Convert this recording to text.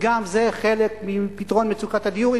וגם זה חלק מפתרון מצוקת הדיור,